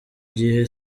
gihe